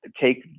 take